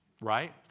Right